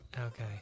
Okay